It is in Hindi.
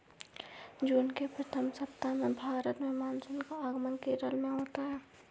जून के प्रथम सप्ताह में भारत में मानसून का आगमन केरल में होता है